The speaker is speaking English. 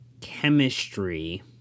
chemistry